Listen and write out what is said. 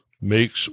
makes